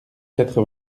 quatre